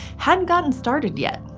hadn't gotten started yet.